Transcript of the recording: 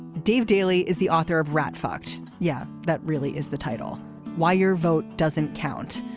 dave daley is the author of rat fucked yeah that really is the title why your vote doesn't count.